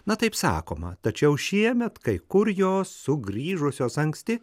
na taip sakoma tačiau šiemet kai kur jos sugrįžusios anksti